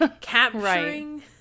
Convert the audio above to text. capturing